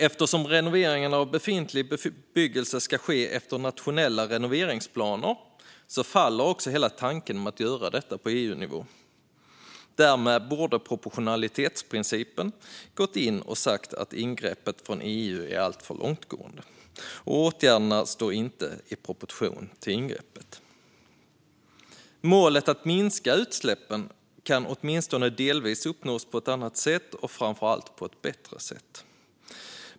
Eftersom renoveringarna av befintlig bebyggelse ska ske efter nationella renoveringsplaner faller hela tanken med att göra detta på EU-nivå. Därmed borde proportionalitetsprincipen ha trätt in, då ingreppet från EU är alltför långtgående och åtgärderna inte står i proportion till ingreppet. Målet att minska utsläppen kan åtminstone delvis uppnås på annat sätt och framför allt på ett bättre sätt.